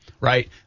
right